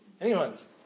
Anyone's